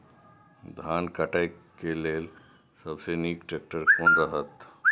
धान काटय के लेल सबसे नीक ट्रैक्टर कोन रहैत?